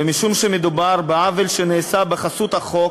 ומשום שמדובר בעוול שנעשה בחסות החוק